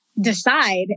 decide